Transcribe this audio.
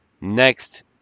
next